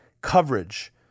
coverage